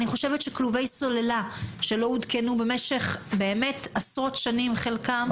אני חושבת שכלובי סוללה שחלקם לא עודכנו במשך עשרות שנים,